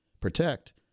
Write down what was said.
protect